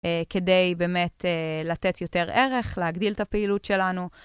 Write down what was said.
כדי באמת לתת יותר ערך, להגדיל את הפעילות שלנו.